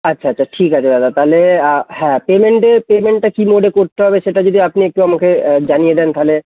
আচ্ছা আচ্ছা ঠিক আছে দাদা তালে হ্যাঁ পেমেন্টে পেমেন্টটা কী মোডে করতে হবে সেটা যদি আপনি একটু আমাকে জানিয়ে দেন তাহলে